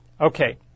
Okay